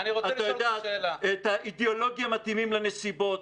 את יודעת, את האידיאולוגיה מתאימים לנסיבות.